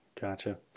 Gotcha